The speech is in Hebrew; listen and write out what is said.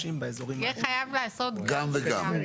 תהיה חייב לעשות גם וגם.